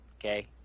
okay